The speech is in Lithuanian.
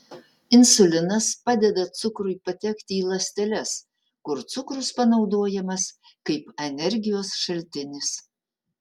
insulinas padeda cukrui patekti į ląsteles kur cukrus panaudojamas kaip energijos šaltinis